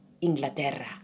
Inglaterra